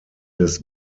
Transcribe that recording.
des